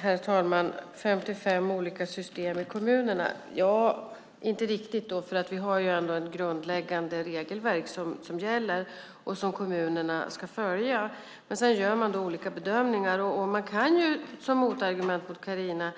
Herr talman! Det talas om 55 olika system i kommunerna - inte riktigt, för vi har ändå ett grundläggande regelverk som gäller och som kommunerna ska följa. Sedan gör man olika bedömningar, och man kan som motargument mot Carina